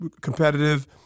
competitive